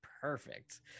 perfect